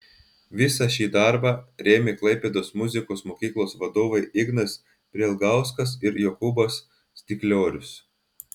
visą šį darbą rėmė klaipėdos muzikos mokyklos vadovai ignas prielgauskas ir jokūbas stikliorius